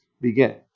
begin